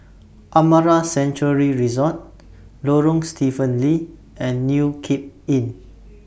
Amara Sanctuary Resort Lorong Stephen Lee and New Cape Inn